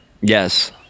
Yes